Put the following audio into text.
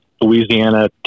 Louisiana